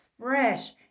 fresh